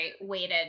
waited